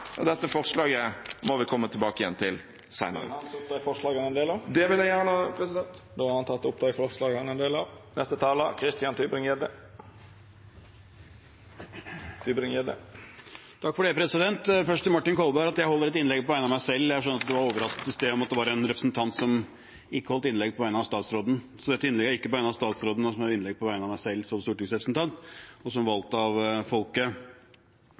og dette forslaget må vi komme tilbake til igjen senere. Jeg tar opp vårt forslag. Representanten Audun Lysbakken har teke opp det forslaget han refererte til. Først til Martin Kolberg om at jeg holder et innlegg på vegne av meg selv: Jeg skjønner at han ble overrasket i stad over at det var en representant som ikke holdt innlegg på vegne av statsråden. Dette innlegget er ikke på vegne av statsråden, det er et innlegg på vegne av meg selv som stortingsrepresentant og valgt av folket.